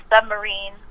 submarine